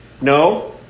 No